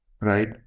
right